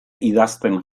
idazten